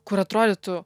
kur atrodytų